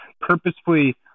purposefully